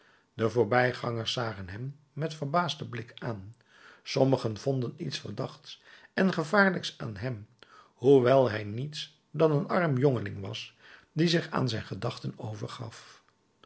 de voorbijgangers zagen hem met verbaasden blik aan sommigen vonden iets verdachts en gevaarlijks aan hem hoewel hij niets dan een arm jongeling was die zich aan zijn gedachten overgaf